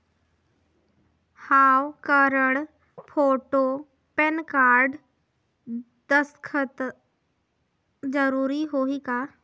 हव card, photo, pen card, दस्खत जरूरी होही का?